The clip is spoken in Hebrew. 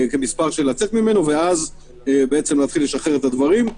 לצאת ממנו, ואז להתחיל לשחרר את הדברים.